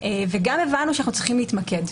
וגם הבנו שאנחנו צריכים להתמקד,